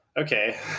okay